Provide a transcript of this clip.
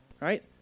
Right